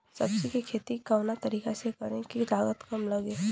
सब्जी के खेती कवना तरीका से करी की लागत काम लगे?